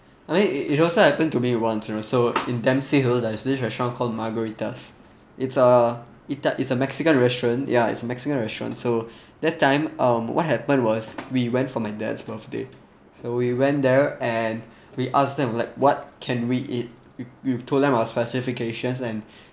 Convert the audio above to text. I think it also happen to me once you know so in dempsey hill there's this restaurant called margaritas it's uh it is a mexican restaurant ya it's mexican restaurant so that time um what happened was we went for my dad's birthday so we went there and we ask them like what can we eat we we've told them our specifications and